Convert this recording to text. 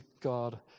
God